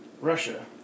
Russia